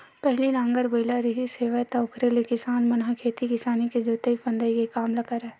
पहिली नांगर बइला रिहिस हेवय त ओखरे ले किसान मन ह खेती किसानी के जोंतई फंदई के काम ल करय